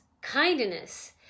kindness